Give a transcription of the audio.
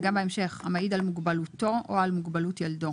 וגם בהמשך: "המעיד על מוגבלותו או על מוגבלות ילדו"